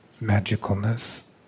magicalness